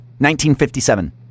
1957